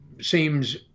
seems